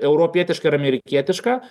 europietiška ir amerikietiška